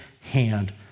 hand